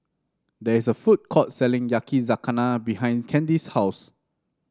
there is a food court selling Yakizakana behind Candy's house